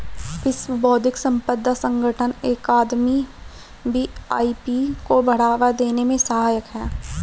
विश्व बौद्धिक संपदा संगठन अकादमी भी आई.पी को बढ़ावा देने में सहायक है